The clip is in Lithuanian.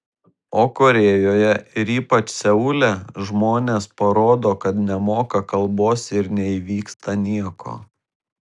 o korėjoje ir ypač seule žmonės parodo kad nemoka kalbos ir neįvyksta nieko